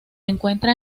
encuentran